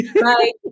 right